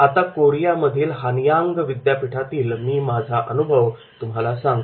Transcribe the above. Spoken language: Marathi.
आता कोरियामधील हानयांग विद्यापीठातील मी माझा अनुभव तुम्हाला सांगतो